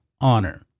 honor